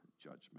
judgment